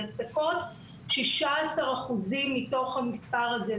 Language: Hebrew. הצקות - 16% מתוך המספר הזה.